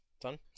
Done